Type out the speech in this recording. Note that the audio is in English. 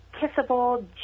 kissable